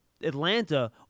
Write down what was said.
Atlanta